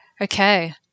Okay